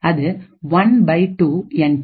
அது one by two N D